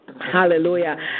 Hallelujah